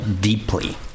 deeply